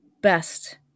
best